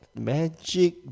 Magic